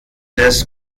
des